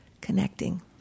connecting